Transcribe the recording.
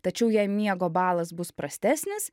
tačiau jei miego balas bus prastesnis